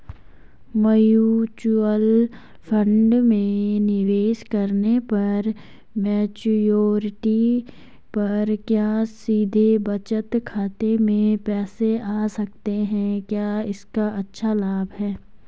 Mutual fund में निवेश करने पर मैच्योरिटी पर क्या सीधे बचत खाते में पैसे आ सकते हैं क्या इसका अच्छा लाभ है?